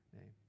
name